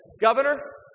governor